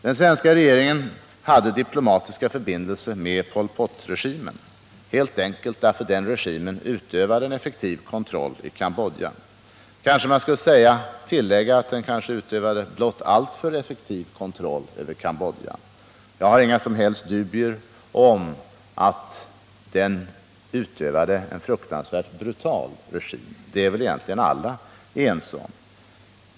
Den svenska regeringen hade diplomatiska förbindelser med Pol Potregimen helt enkelt därför att den utövade en effektiv kontroll i Cambodja — kanske man skulle tillägga att den utövade en blott alltför effektiv kontroll över Cambodja. Jag har inga som helst dubier om att den utövade en fruktansvärt brutal regim, och det är väl egentligen alla ense om.